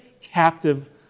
captive